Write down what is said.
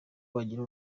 wagira